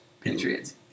Patriots